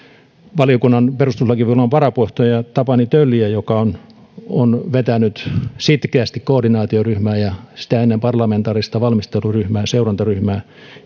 perustuslakivaliokunnan varapuheenjohtajaa tapani tölliä joka on on vetänyt sitkeästi koordinaatioryhmää ja sitä ennen parlamentaarista valmisteluryhmää seurantaryhmää